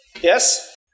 Yes